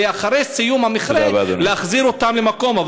ואחרי סיום המכרה להחזיר אותם למקום.